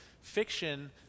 fiction